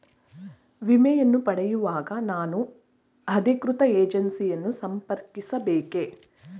ವಿಮೆಯನ್ನು ಪಡೆಯುವಾಗ ನಾನು ಅಧಿಕೃತ ಏಜೆನ್ಸಿ ಯನ್ನು ಸಂಪರ್ಕಿಸ ಬೇಕೇ?